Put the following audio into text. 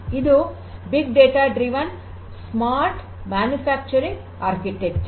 ಇದುಬಿಗ್ data driven smart manufacturing architecture